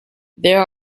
there